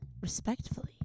respectfully